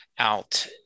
out